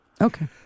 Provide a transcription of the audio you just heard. Okay